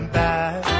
back